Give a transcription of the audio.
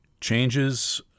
changes